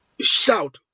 shout